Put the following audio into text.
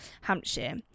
Hampshire